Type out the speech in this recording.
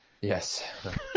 Yes